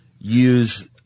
use